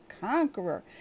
conqueror